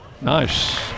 Nice